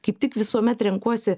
kaip tik visuomet renkuosi